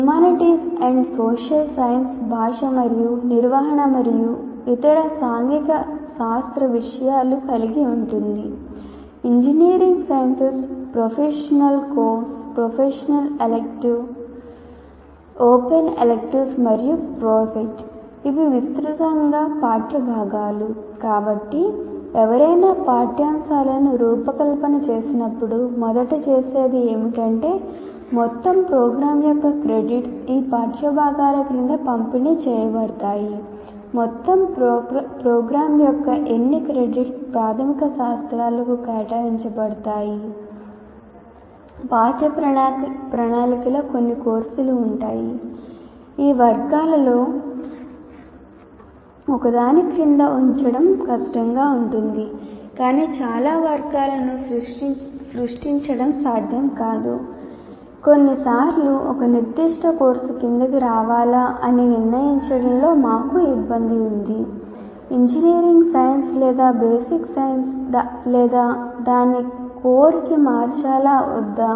humanities and social sciences' లేదా దానిని core కి మార్చాలా వద్దా